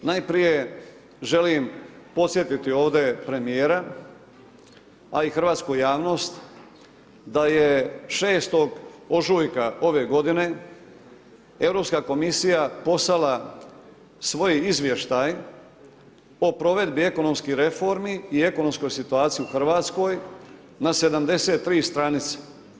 Najprije želim podsjetiti ovdje premijera, a i hrvatsku javnost da je 6. ožujka ove godine Europska komisija poslala svoj izvještaj o provedbi ekonomskih reformi i ekonomskoj situaciji u Hrvatskoj na 73 stranice.